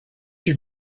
you